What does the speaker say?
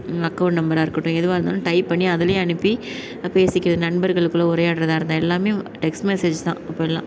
account நம்பராக இருக்கட்டும் ஏதுவா இருந்தாலும் டைப் பண்ணி அதுலையே அனுப்பி பேசிக்கிறது நண்பர்களுக்குள்ள உரையாடறதா இருந்தால் எல்லாமே டெக்ஸ்ட் மெசேஜஸ்தான் அப்போலாம்